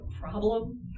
problem